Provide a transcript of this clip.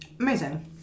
Amazing